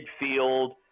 midfield